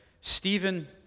Stephen